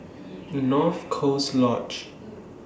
North Coast Lodge